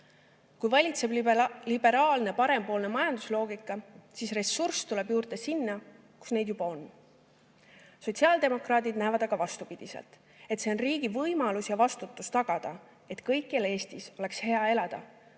Kui valitseb liberaalne parempoolne majandusloogika, siis ressurssi tuleb juurde sinna, kus seda juba on. Sotsiaaldemokraadid näevad aga vastupidiselt: riigi võimalus ja vastutus on tagada, et kõikjal Eestis oleks hea elada,